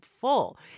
full